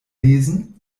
lesen